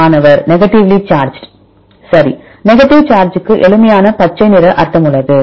மாணவர் negatively charged சரி negative charge க்கு எளிமையான பச்சை நிற அர்த்தமுள்ளது